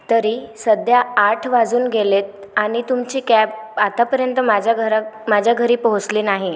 तरी सध्या आठ वाजून गेलेत आणि तुमची कॅब आतापर्यंत माझ्या घरा माझ्या घरी पोहोचली नाही